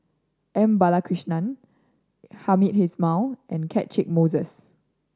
M Balakrishnan Hamed Ismail and Catchick Moses